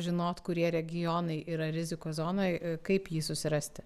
žinot kurie regionai yra rizikos zonoj kaip jį susirasti